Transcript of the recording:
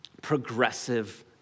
progressive